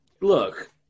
Look